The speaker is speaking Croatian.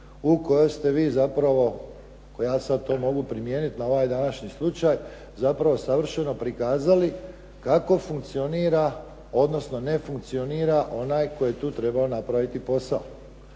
u kojoj ste vi zapravo ako ja to sad mogu primijeniti na ovaj današnji slučaj zapravo savršeno prikazali kako funkcionira, odnosno ne funkcionira onaj tko je tu trebao napraviti posao.